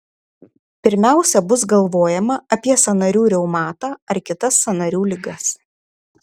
pirmiausia bus galvojama apie sąnarių reumatą ar kitas sąnarių ligas